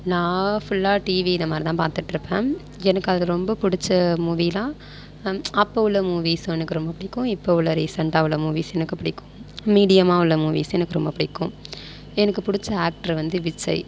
நான் ஃபுல்லா டிவி இதை மாதிரி தான் பார்த்துட்ருப்பேன் எனக்கு அதில் ரொம்ப பிடிச்ச மூவியெலாம் அப்போ உள்ளே மூவீஸ்ஸும் எனக்கு ரொம்ப பிடிக்கும் இப்போது உள்ளே ரீசென்ட்டாக உள்ள மூவீஸ் எனக்கு பிடிக்கும் மீடியமாக உள்ளே மூவீஸ்ஸும் எனக்கு ரொம்ப பிடிக்கும் எனக்கு பிடிச்ச ஆக்டர் வந்து விஜய்